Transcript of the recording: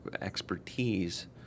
expertise